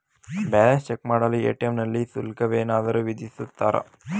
Balance check ಮಾಡಲು ATM ನಲ್ಲಿ ಶುಲ್ಕವೇನಾದರೂ ವಿಧಿಸುತ್ತಾರಾ?